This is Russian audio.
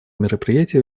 мероприятия